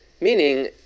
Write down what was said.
Meaning